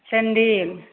sandal